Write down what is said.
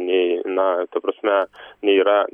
nei na ta prasme nei yra